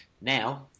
now